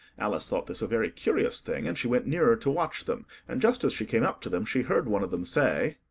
alice thought this a very curious thing, and she went nearer to watch them, and just as she came up to them she heard one of them say,